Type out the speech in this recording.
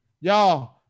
y'all